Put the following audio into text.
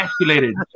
Escalated